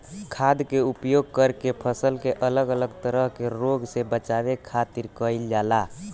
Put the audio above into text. खाद्य के उपयोग करके फसल के अलग अलग तरह के रोग से बचावे खातिर कईल जाला